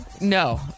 No